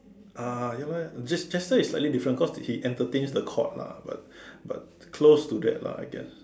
ah ya lah this is slightly different cause he entertains the court lah but but close to that lah I guess